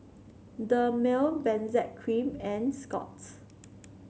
Dermale Benzac Cream and Scott's